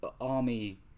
army